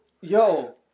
Yo